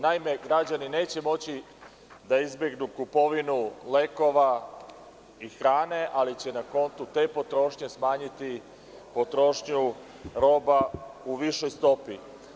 Naime, građani neće moći da izbegnu kupovinu lekova i hrane, ali će smanjiti potrošnju roba u višoj stopi.